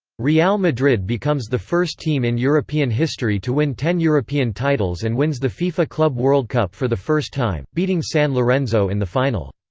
real madrid becomes the first team in european history to win ten european titles and wins the fifa club world cup for the first time, beating san lorenzo in the final.